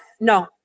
no